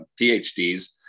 PhDs